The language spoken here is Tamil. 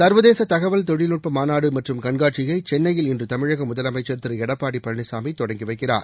சர்வதேச தகவல் தொழில்நட்ப மாநாடு மற்றும் கண்காட்சியை சென்னையில் இன்று தமிழக முதலமைச்சர் திரு எடப்பாடி பழனிசாமி தொடங்கி வைக்கிறார்